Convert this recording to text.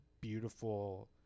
beautiful